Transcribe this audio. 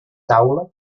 taula